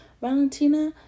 Valentina